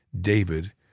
David